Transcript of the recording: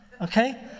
okay